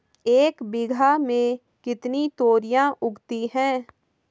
एक बीघा में कितनी तोरियां उगती हैं?